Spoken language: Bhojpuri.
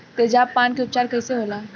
तेजाब पान के उपचार कईसे होला?